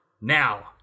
Now